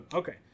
Okay